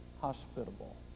hospitable